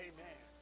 Amen